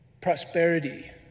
prosperity